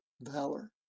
valor